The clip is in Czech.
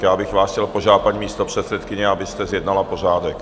Já bych vás chtěl požádat, paní místopředsedkyně, abyste zjednala pořádek.